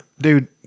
Dude